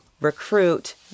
recruit